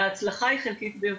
וההצלחה היא חלקית ביותר.